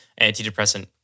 antidepressant